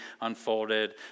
unfolded